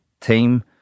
team